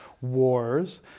wars